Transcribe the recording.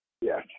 Yes